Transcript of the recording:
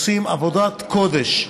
עושים עבודת קודש.